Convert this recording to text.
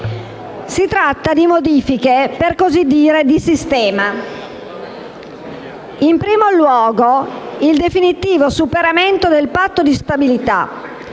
Si tratta di modifiche, per così dire, "di sistema". In primo luogo c'è il definitivo superamento del Patto di stabilità.